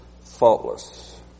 faultless